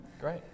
Great